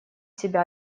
себя